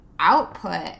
output